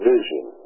Vision